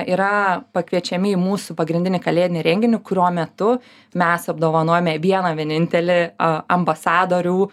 yra pakviečiami į mūsų pagrindinį kalėdinį renginį kurio metu mes apdovanojame vieną vienintelį a ambasadorių